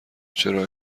چرا